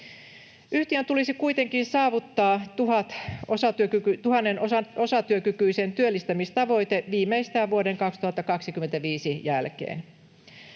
Yhtiön tulisi kuitenkin saavuttaa 1 000 osatyökykyisen työllistämistavoite viimeistään vuoden 2025 jälkeen.